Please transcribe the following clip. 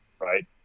right